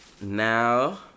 Now